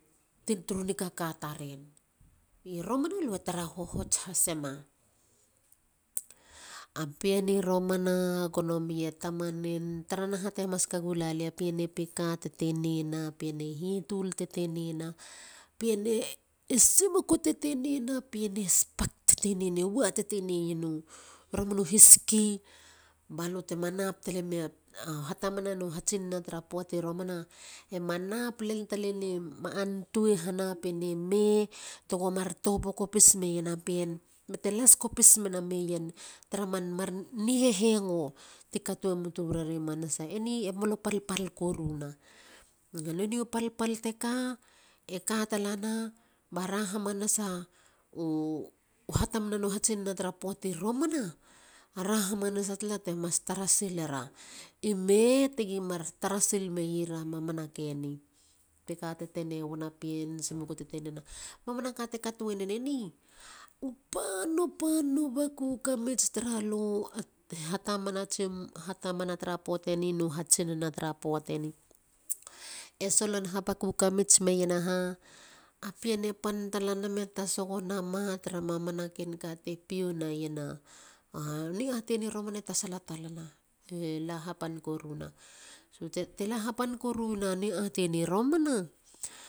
I romana lue tara hohots hasema. a pien i romana gono meya tamanen. tara naha te masaka gulalia. pien e pika tetenena ne hitul tetene na pien e simuku tetenena piien e spak tetenena. ha tamana no hatsinana tara pien e ma antunan totobu kopis meya pien bate las kopis nena pien tara man ni heheng. tiye tuburare manasa. Hatamana no hatsinana tara poati romana. ara hamanasa tala te mas tara silera i me tegi mar tarasil meyi ra mamana ke ni. E solon ha baku kamits menowa ha. a pien e pan talanama. e tasogo nowa tara mamanaka te pio neiena ni atei ni romana. Te la hapan koru na ni atei ni romana.